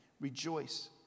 Rejoice